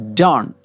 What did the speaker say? done